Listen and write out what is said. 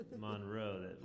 Monroe